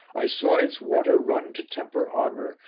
i saw its water run to temper armour,